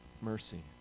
mercy